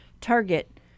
target